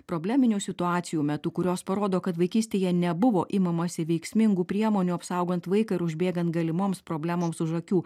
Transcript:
probleminių situacijų metu kurios parodo kad vaikystėje nebuvo imamasi veiksmingų priemonių apsaugant vaiką ir užbėgant galimoms problemoms už akių